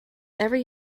every